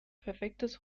perfektes